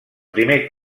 primer